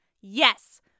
Yes